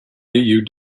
you